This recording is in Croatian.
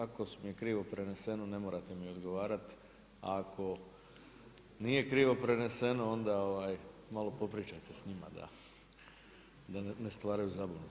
Ako su mi krivo preneseno ne morate mi odgovarati, ako nije krivo preneseno onda, malo popričajte s njima da ne stvaraju zabludu.